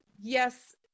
yes